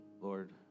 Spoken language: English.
Lord